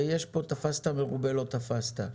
ויש פה "תפסת מרובה לא תפסת".